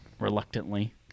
reluctantly